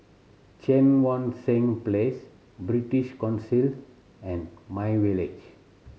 Cheang Wan Seng Place British Council and my Village